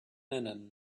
linen